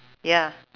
ya